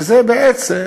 הוא בעצם